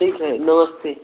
ठीक है नमस्ते